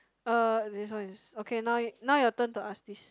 uh this one okay now now your turn to ask this